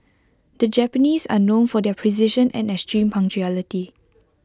the Japanese are known for their precision and extreme punctuality